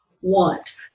want